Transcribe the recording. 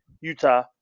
Utah